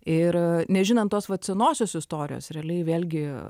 ir nežinant tos vat senosios istorijos realiai vėlgi